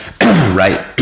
right